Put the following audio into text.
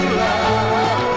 love